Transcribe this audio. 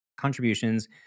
contributions